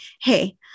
hey